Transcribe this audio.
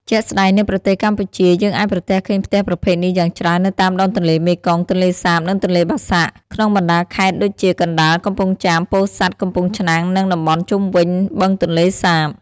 ជាក់ស្តែង នៅប្រទេសកម្ពុជា យើងអាចប្រទះឃើញផ្ទះប្រភេទនេះយ៉ាងច្រើននៅតាមដងទន្លេមេគង្គ ទន្លេសាប និងទន្លេបាសាក់ ក្នុងបណ្តាខេត្តដូចជា កណ្តាល កំពង់ចាម ពោធិ៍សាត់ កំពង់ឆ្នាំង និងតំបន់ជុំវិញ បឹងទន្លេសាប ។